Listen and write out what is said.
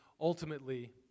ultimately